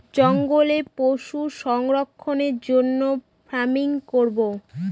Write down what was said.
জঙ্গলে পশু সংরক্ষণের জন্য ফার্মিং করাবো